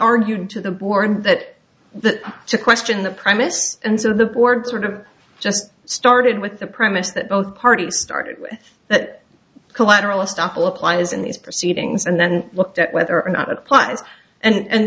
arguing to the board that that to question the prime minister and to the board sort of just started with the premise that both parties started with that collateral estoppel applies in these proceedings and then looked at whether or not it applies and